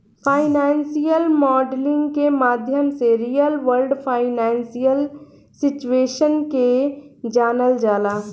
financial modelling के माध्यम से रियल वर्ल्ड फाइनेंशियल सिचुएशन के जानल जाला